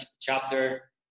Chapter